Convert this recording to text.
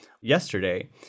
yesterday